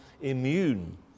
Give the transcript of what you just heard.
immune